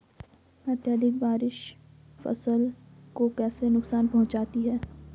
अत्यधिक बारिश फसल को कैसे नुकसान पहुंचाती है?